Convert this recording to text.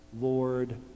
Lord